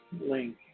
link